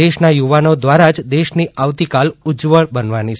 દેશના યુવાનો દ્વારા જ દેશની આવતીકાલ ઉજ્જવળ બનવાની છે